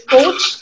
Coach